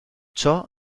ciò